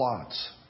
plots